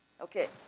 Okay